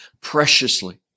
preciously